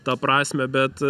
tą prasmę bet